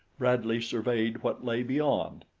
bradley surveyed what lay beyond.